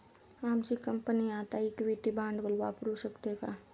आमची कंपनी आता इक्विटी भांडवल वापरू शकते का?